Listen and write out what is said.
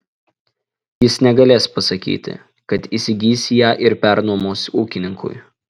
jis negalės pasakyti kad įsigys ją ir pernuomos ūkininkui